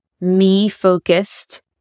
me-focused